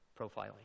profiling